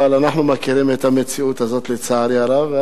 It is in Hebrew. אבל אנחנו מכירים את המציאות הזאת לצערי הרב.